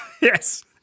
Yes